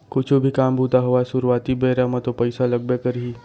कुछु भी काम बूता होवय सुरुवाती बेरा म तो पइसा लगबे करही